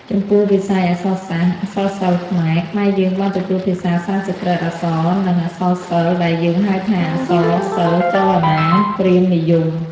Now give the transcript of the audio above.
ចំពោះ វិស័យអក្សរសាស្ត្រ អក្សរសិល្ប៍ខ្មែរ ខ្មែរយើងបានទទួលភាសាសំស្ក្រឹត អក្សរ និង អក្សរសិល្ប៍ដែលយើងហៅថាអក្សរសិល្ប៍ចលនា ព្រាហ្មណ៍និយម។